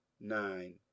nine